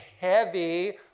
heavy